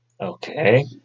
Okay